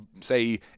Say